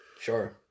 Sure